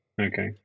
Okay